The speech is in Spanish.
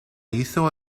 hizo